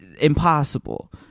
impossible